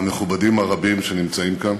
המכובדים הרבים שנמצאים כאן,